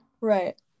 Right